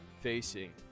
facing